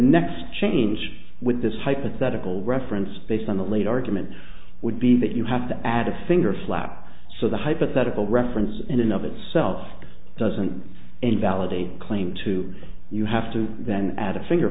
next change with this hypothetical reference based on the lead argument would be that you have to add a finger flap so the hypothetical reference in and of itself doesn't invalidate claim to you have to then add a finger